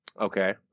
Okay